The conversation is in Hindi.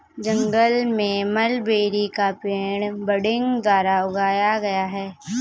जंगल में मलबेरी का पेड़ बडिंग द्वारा उगाया गया है